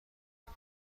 کنه